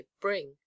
bring